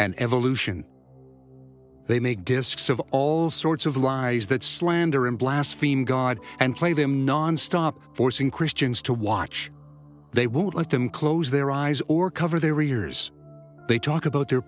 and evolution they make disks of all sorts of lies that slander and blasphemed god and play them nonstop forcing christians to watch they won't let them close their eyes or cover their ears they talk about their